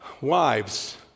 Wives